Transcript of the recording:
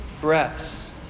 breaths